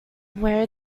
where